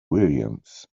williams